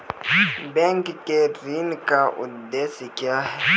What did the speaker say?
Bank के ऋण का उद्देश्य क्या हैं?